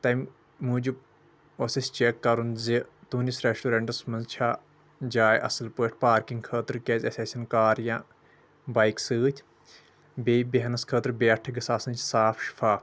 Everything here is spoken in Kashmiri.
تمہِ موٗجوٗب اوس اسہِ چیک کرُن زِ تُہنٛدس رٮ۪سٹورینٹس منٛز چھا جاے اصل پٲٹھۍ پارکنٛگ خٲطرٕ کیٛازِ اسہِ آسن کار یا بایِک سۭتۍ بیٚیہِ بیہنس خٲطرٕ بیٹھک گٔژھ آسٕنۍ صاف شفاف